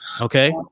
Okay